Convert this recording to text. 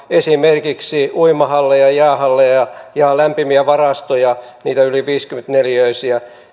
esimerkiksi uimahalleja jäähalleja ja ja lämpimiä varastoja niitä yli viisikymmentä neliöisiä